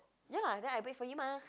ya lah then I wait for you mah